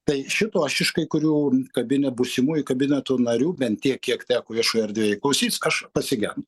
tai šito aš iš kai kurių kabine būsimųjų kabineto narių bent tiek kiek teko viešoj erdvėj klausyti aš pasigen